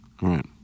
Right